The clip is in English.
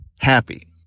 happy